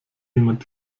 jemand